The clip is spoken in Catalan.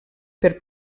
per